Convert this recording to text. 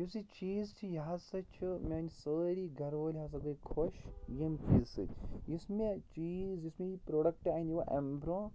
یُس یہِ چیٖز چھُ یہِ ہسا چھُ میانہِ سٲری گَرٕ وٲلۍ ہسا گٔے خۄش ییٚمہِ چیٖزٕ سۭتۍ یُس مےٚ چیٖز یُس مےٚ یہِ پرٛوڈَکٹہٕ اَنیو اَمہِ برٛونٛہہ